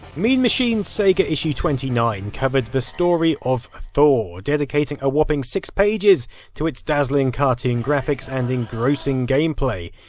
mean machines sega issue twenty nine covered the story of thor, dedicating a whopping six pages to it's dazzling cartoon graphics and engrossing gameplay.